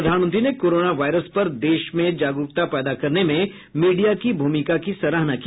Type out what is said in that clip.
प्रधानमंत्री ने corona virus पर देश में जागरूकता पैदा करने में मीडिया की भूमिका की सराहना की